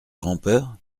grand’peur